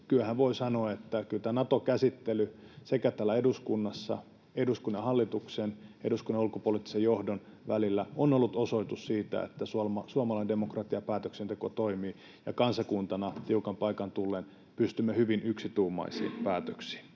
kyllähän voi sanoa, että kyllä tämä Nato-käsittely sekä täällä eduskunnassa — eduskunnan ja hallituksen, eduskunnan ja ulkopoliittisen johdon välillä — on ollut osoitus siitä, että suomalainen demokratia ja päätöksenteko toimii ja kansakuntana tiukan paikan tullen pystymme hyvin yksituumaisiin päätöksiin.